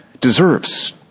deserves